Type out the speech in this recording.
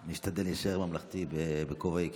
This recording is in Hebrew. אני אשתדל להישאר ממלכתי בכובעי כיושב-ראש.